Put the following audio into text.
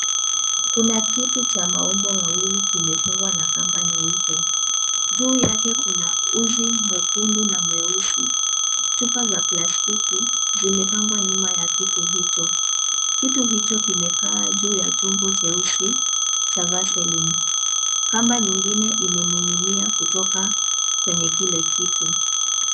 Kuna kitu cha maumbo mawili kimefungwa na kamba nyeupe. Juu yake kuna uzi mwekundu na mweusi. Chupa za plastiki zimepangwa nyuma ya kitu hicho. Kitu hicho kimekaa juu ya chombo cheusi cha vaseline . Kamba nyingine imening'inia kutoka kwenye kile kitu.